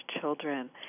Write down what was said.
children